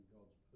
God's